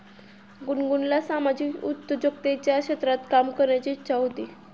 गुनगुनला सामाजिक उद्योजकतेच्या क्षेत्रात काम करण्याची इच्छा होती